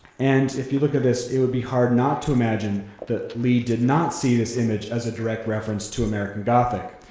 and if you look at this, it would hard not to imagine that lee did not see this image as a direct reference to american gothic.